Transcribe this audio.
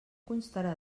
constarà